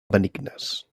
benignes